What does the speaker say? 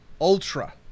ultra